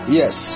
yes